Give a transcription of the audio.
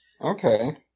Okay